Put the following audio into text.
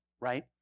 right